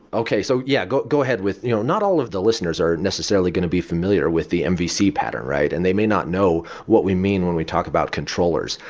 okay. so yeah, go go ahead with you know not all of the listeners are necessarily going to be familiar with the mvc pattern and they may not know what we mean when we talk about controllers.